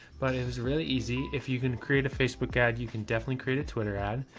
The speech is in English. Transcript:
but it was really easy if you can create a facebook ad, you can definitely create a twitter ad.